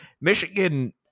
Michigan